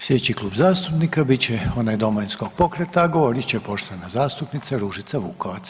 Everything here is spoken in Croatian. Sljedeći Klub zastupnika bit će onaj Domovinskog pokreta, a govorit će poštovana zastupnica Ružica Vukovac.